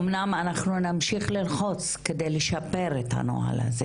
אמנם אנחנו נמשיך ללחוץ כדי לשפר את הנוהל הזה